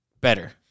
better